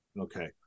Okay